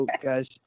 guys